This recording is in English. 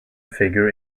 figure